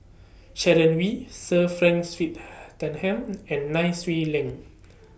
Sharon Wee Sir Frank and Nai Swee Leng